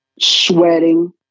sweating